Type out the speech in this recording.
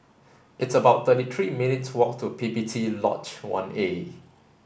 it's about thirty three minutes' walk to P P T Lodge one A